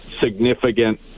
significant